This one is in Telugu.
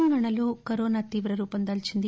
తెలంగాణాలో కరోనా తీవ్ర రూపం దాల్చింది